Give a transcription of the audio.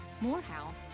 Morehouse